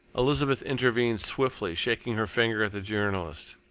elizabeth intervened swiftly, shaking her finger at the journalist.